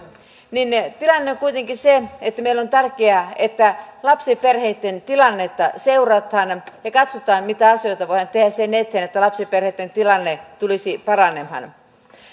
niin tilanne on kuitenkin se että meille on tärkeää että lapsiperheitten tilannetta seurataan ja katsotaan mitä asioita voidaan tehdä sen eteen että lapsiperheitten tilanne tulisi paranemaan